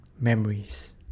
memories